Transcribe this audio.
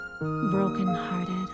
Brokenhearted